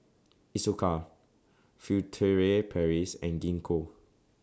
Isocal Furtere Paris and Gingko